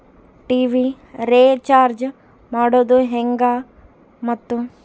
TV recharge ಮಾಡೋದು ಹೆಂಗ ಮತ್ತು?